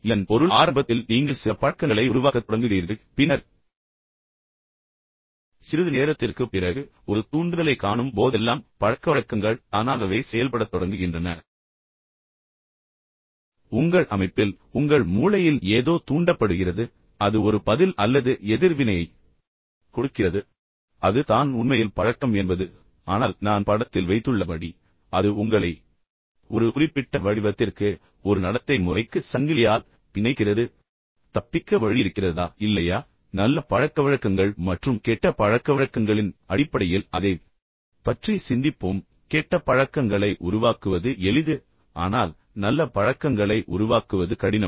இதன் பொருள் ஆரம்பத்தில் நீங்கள் சில பழக்கங்களை உருவாக்கத் தொடங்குகிறீர்கள் பின்னர் சிறிது நேரத்திற்குப் பிறகு ஒரு தூண்டுதலைக் காணும் போதெல்லாம் பழக்கவழக்கங்கள் தானாகவே செயல்படத் தொடங்குகின்றன பின்னர் உங்கள் அமைப்பில் உங்கள் மூளையில் ஏதோ தூண்டப்படுகிறது பின்னர் அது ஒரு பதில் அல்லது எதிர்வினையை கொடுக்கிறது இப்போது அது தான் உண்மையில் பழக்கம் என்பது ஆனால் நான் படத்தில் வைத்துள்ளபடி அது உங்களை ஒரு குறிப்பிட்ட வடிவத்திற்கு ஒரு நடத்தை முறைக்கு சங்கிலியால் பிணைக்கிறது தப்பிக்க வழி இருக்கிறதா இல்லையா நல்ல பழக்கவழக்கங்கள் மற்றும் கெட்ட பழக்கவழக்கங்களின் அடிப்படையில் அதைப் பற்றி சிந்திப்போம் நான் சொன்னது போல் கெட்ட பழக்கங்களை உருவாக்குவது எளிது ஆனால் நல்ல பழக்கங்களை உருவாக்குவது கடினம்